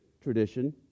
tradition